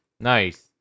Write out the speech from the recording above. Nice